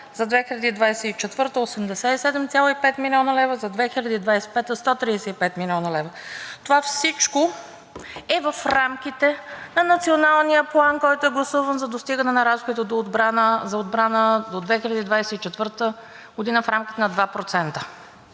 за 2024-а – 87,5 млн. лв., за 2025-а – 135 млн. лв. Това всичко е в рамките на Националния план, който е гласуван, за достигане на разходите за отбрана до 2024 г. в рамките на 2%